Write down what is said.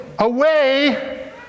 Away